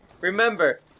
remember